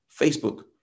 Facebook